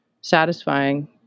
satisfying